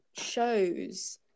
shows